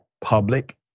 public